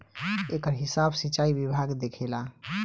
एकर हिसाब सिचाई विभाग देखेला